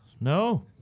No